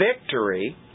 victory